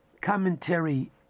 Commentary